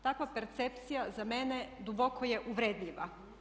Takva percepcija za mene duboko je uvredljiva.